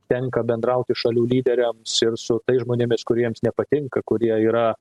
tenka bendrauti šalių lyderiams ir su tais žmonėmis kurie jiems nepatinka kurie yra